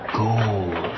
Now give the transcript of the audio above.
gold